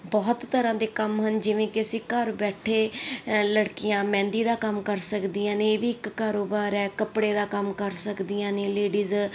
ਬਹੁਤ ਤਰ੍ਹਾਂ ਦੇ ਕੰਮ ਹਨ ਜਿਵੇਂ ਕਿ ਅਸੀਂ ਘਰ ਬੈਠੇ ਲੜਕੀਆਂ ਮਹਿੰਦੀ ਦਾ ਕੰਮ ਕਰ ਸਕਦੀਆਂ ਨੇ ਇਹ ਵੀ ਇੱਕ ਕਾਰੋਬਾਰ ਹੈ ਕੱਪੜੇ ਦਾ ਕੰਮ ਕਰ ਸਕਦੀਆਂ ਨੇ ਲੇਡੀਜ਼